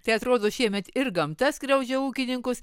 tai atrodo šiemet ir gamta skriaudžia ūkininkus